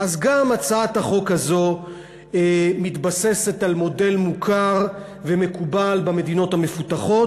אז גם הצעת החוק הזאת מתבססת על מודל מוכר ומקובל במדינות המפותחות,